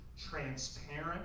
transparent